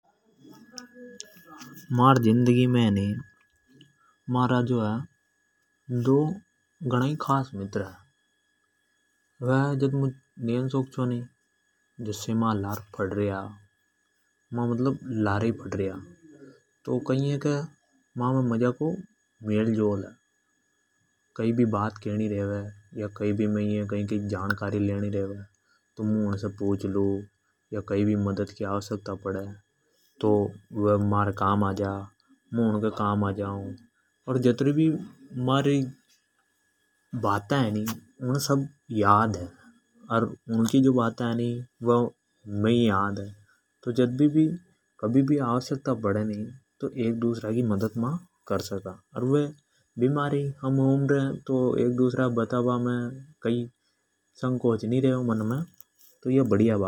मारी जिंदगी मे है नी दो म्हारा घणा ही खास मित्र है। मुं जद नेन सो छो जद से ही मारे लारे पढ़ रया। तो मामे मजा को मेल जौल है। कई बात मई ये जान णी रेवे तो मुं उन से पूछ लू। वे मार से पूछ ले। मदद मे काम आजा मु उन के काम आ जाउ। उने महारी बाता और मे उण की बाता याद है। मां एक दूसरा अ बता बा मे भी संकोच नी करा।